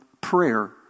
prayer